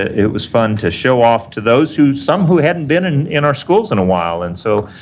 it was fun to show off to those who some who hadn't been in in our schools in a while, and so,